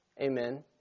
Amen